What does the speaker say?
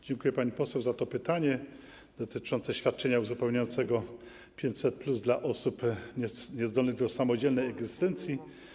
Dziękuję pani poseł za to pytanie dotyczące świadczenia uzupełniającego 500+ dla osób niezdolnych do samodzielnej egzystencji.